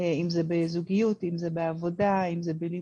אם זה בזוגיות, אם זה בעבודה, אם זה בלימודים.